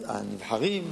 הנבחרים,